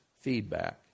feedback